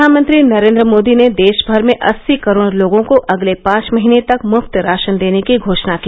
प्रधानमंत्री नरेन्द्र मोदी ने देशभर में अस्सी करोड़ लोगों को अगले पांच महीने तक मुफ्त राशन देने की घोषणा की